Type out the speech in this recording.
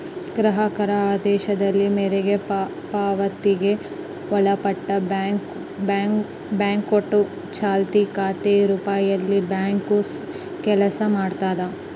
ಗ್ರಾಹಕರ ಆದೇಶದ ಮೇರೆಗೆ ಪಾವತಿಗೆ ಒಳಪಟ್ಟಿ ಬ್ಯಾಂಕ್ನೋಟು ಚಾಲ್ತಿ ಖಾತೆ ರೂಪದಲ್ಲಿಬ್ಯಾಂಕು ಕೆಲಸ ಮಾಡ್ತದ